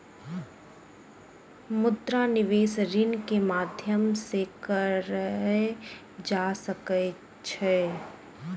मुद्रा निवेश ऋण के माध्यम से कएल जा सकै छै